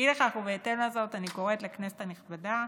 אי לכך ובהתאם לזאת, אני קוראת לכנסת הנכבדה